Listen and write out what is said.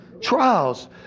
Trials